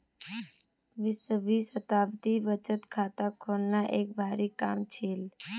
बीसवीं शताब्दीत बचत खाता खोलना एक भारी काम छील